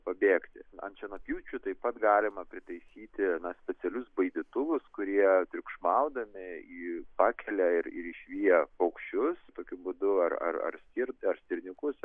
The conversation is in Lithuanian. pabėgti ant šienapjūčių taip pat galima pritaisyti specialius baidytuvus kurie triukšmaudami į pakelia ir ir išviję aukščius tokiu būdu ar ar stirnas ar stirniukus